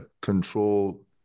control